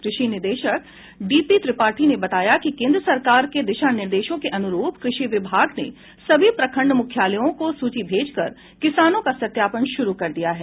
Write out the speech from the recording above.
कृषि निदेशक D P Tripathi ने बताया कि केन्द्र सरकार के दिशा निर्देशों के अनुरूप कृषि विभाग ने सभी प्रखंड मुख्यालयों को सूची भेजकर किसानों का सत्यापन शुरू कर दिया है